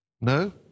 no